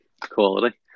quality